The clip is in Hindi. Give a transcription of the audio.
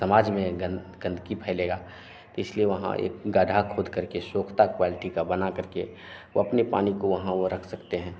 समाज में गन गंदगी फैलेगी त इसलिए वहां एक गाढ़ा खोद करके सोख़्ता क्वेल्टी का बना करके वह अपने पानी को वहाँ वह रख सकते हैं